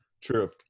True